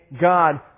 God